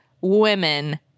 women